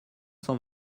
cent